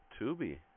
Tubi